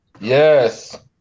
yes